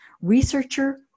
researcher